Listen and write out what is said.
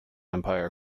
empire